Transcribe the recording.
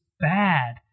bad